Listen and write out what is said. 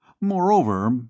Moreover